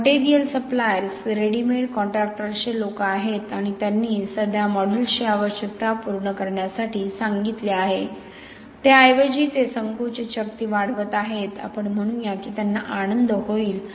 तर material suppliers readymade कॉन्ट्रॅक्टर्सचे लोक आहेत आणि त्यांनी सध्या मॉड्यूलसची आवश्यकता पूर्ण करण्यासाठी सांगितले आहे त्याऐवजी ते संकुचित शक्ती वाढवत आहेत आपण म्हणूया की त्यांना आनंद होईल